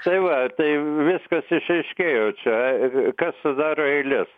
tai va tai viskas išaiškėjo čia kas sudaro eiles